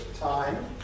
time